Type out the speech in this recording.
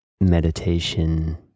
meditation